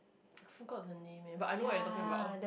I forgot the name eh but I know what you are talking about